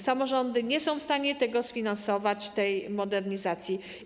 Samorządy nie są w stanie sfinansować tej modernizacji.